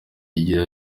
igihe